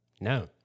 No